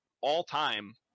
all-time